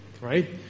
right